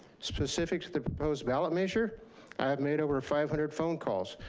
specific to the proposed ballot measure i have made over five hundred phone calls,